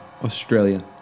Australia